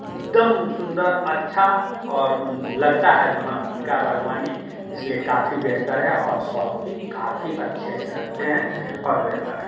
एकदम सुंदर अच्छा और लगता है जो हाँ उनका बागवानी इसलिए काफ़ी बेहतर और शौक भी काफ़ी अच्छे से रखते हैं और बेहतर है